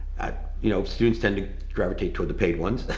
you know students tend to gravitate toward the paid ones.